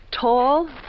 Tall